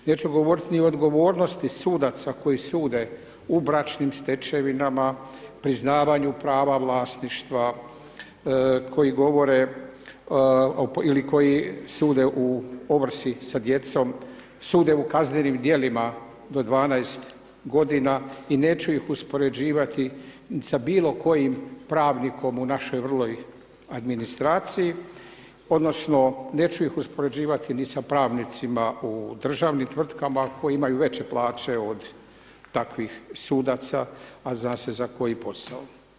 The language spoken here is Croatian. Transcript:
Neću govoriti ni o odgovornosti sudaca koji sude u bračnim stečevinama, priznavanju prava vlasništva, koji govore ili koji sude u ovrsi sa djecom, sude u kaznenim djelima do 12 godina i neću ih uspoređivati sa bilo kojim pravnikom u našoj vrloj administraciji odnosno neću ih uspoređivati ni sa pravnicima u državnim tvrtkama koji imaju veće plaće od takvih sudaca, a zna se za koji posao.